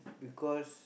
because